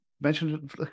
mentioned